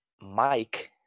Mike